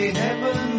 heaven